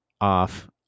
off